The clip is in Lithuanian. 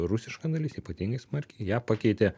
rusiška dalis ypatingai smarkiai ją pakeitė